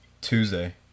Tuesday